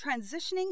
transitioning